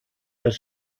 das